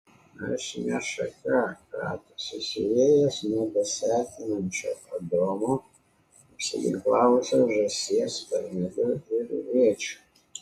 aš ne šaka kratosi siuvėjas nuo besiartinančio adomo apsiginklavusio žąsies sparneliu ir rėčiu